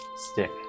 stick